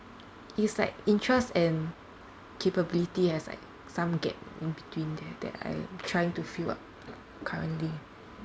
it's like interest and capability has like some gap in between there that I trying to fill up currently